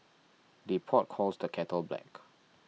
the pot calls the kettle black